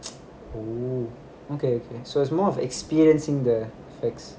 oh okay okay so it's more of experiencing the fix